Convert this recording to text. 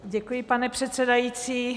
Děkuji, pane předsedající.